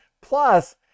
plus